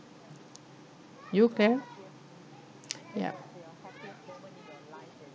you there ya